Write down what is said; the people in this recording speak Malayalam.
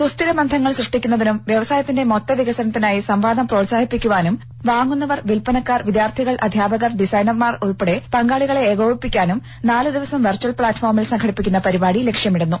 സുസ്ഥിര ബന്ധങ്ങൾ സൃഷ്ടിക്കുന്നതിനും വ്യവസായത്തിന്റെ മൊത്ത വികസനത്തിനായി സംവാദം പ്രോത്സാഹിപ്പിക്കുവാനും വാങ്ങുന്നവർ വില്പനക്കാർ വിദ്യാർത്ഥികൾ അധ്യാപകർ ഡിസൈനർമാർ ഉൾപ്പെടെ പങ്കാളികളെ ഏകോപിപ്പിക്കാനും നാലു ദിവസം വെർച്വൽ പ്ലാറ്റ്ഫോമിൽ സംഘടിപ്പിക്കുന്ന പരിപാടി ലക്ഷ്യമിടുന്നു